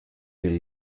will